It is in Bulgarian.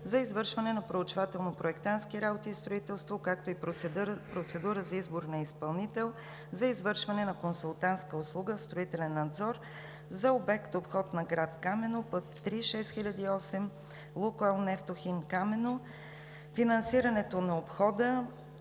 за извършване на проучвателно-проектантски работи и строителство, както и процедура за избор на изпълнител за извършване на консултантска услуга в строителен надзор за обект „Обход на град Камено“, път III-6008 Лукойл – Нефтохим – Камено. Финансирането на обхода